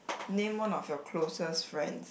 name one of your closest friends